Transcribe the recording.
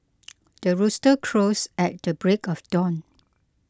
the rooster crows at the break of dawn